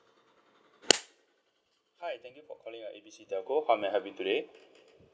hi thank you for calling uh A B C telco how may I help you today